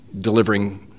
delivering